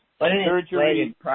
surgery